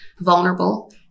vulnerable